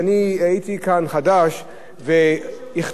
כשאני הייתי כאן חדש והחתמתי,